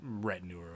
retinue